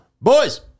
Boys